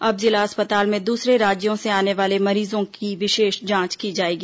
अब जिला अस्पताल में दूसरे राज्यों से आने वाले मरीजों की विशेष जांच की जाएगी